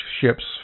ships